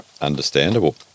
understandable